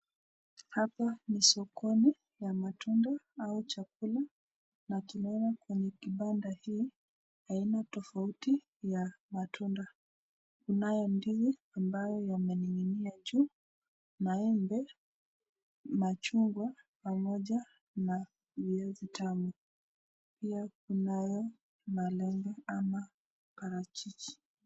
Hapa ni sokoni ya matunda au chakula. Na tunaona kwenye kibanda hii aina tofauti ya matunda. Kunayo ndizi ambayo yamenining'inia juu, maembe, machungwa, pamoja na viazi tamu. Pia kunayo malenge ama parachichi.